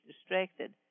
distracted